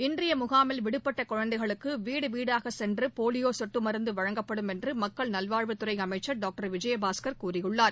இன்றைய முகாமில் விடுபட்ட குழந்தைகளுக்கு வீடு வீடாக சென்று போலியோ சொட்டு மருந்து வழங்கப்படும் என்று மக்கள் நல்வாழ்வுத்துறை அமைச்சர் டாக்டர் விஜயபாஸ்கர் கூறியுள்ளார்